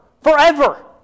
forever